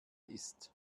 ist